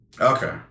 Okay